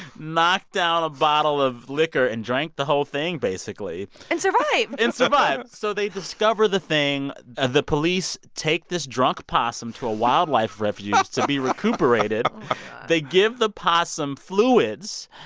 knocked down a bottle of liquor and drank the whole thing, basically and survived and survived. so they discover the thing. the police take this drunk possum to a wildlife refuge to be recuperated they give the possum fluids.